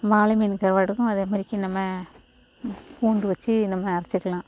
வாளை மீன் கருவாட்டுக்கும் அதே மாதிரிக்கி நம்ம பூண்டு வச்சி நம்ம அரைச்சிக்கலாம்